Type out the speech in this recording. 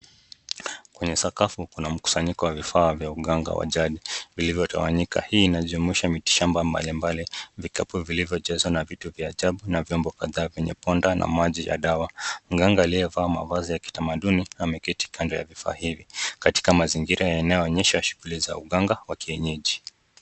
Kwenye sakafu kuna mkusanyiko wa vifaa vya uganga wa jali uliyotawanyika, hii unajumuisha miti shamba mbali mbali ,vikapu vilivyojazwa na vitu vya ajabu na viombo kadhaa kwenye konda na maji ya dawa, mganga aliyevaa mavazi ya kitamaduni ameketi kando ya vifaa hivi katika mazingira yanayoonyesha shughuli za uganga wa kienyeji.